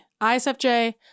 ISFJ